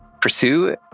pursue